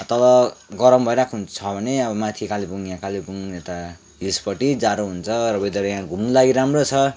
तल गरम भइरहेको छ भने अब माथि कालेबुङ यहाँ कालेबुङ यता हिल्सपट्टि जाडो हुन्छ वेदर अब यहाँ घुम्नु लागि राम्रो छ